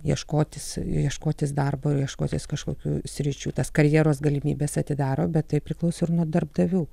ieškotis ieškotis darbo ir ieškotis kažkokių sričių tas karjeros galimybes atidaro bet tai priklauso nuo darbdavių